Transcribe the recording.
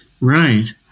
right